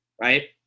Right